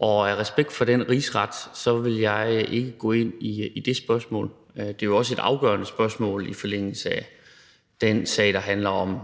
og af respekt for den rigsret vil jeg ikke gå ind i det spørgsmål. Det er jo også et afgørende spørgsmål i forlængelse af den sag, der handler om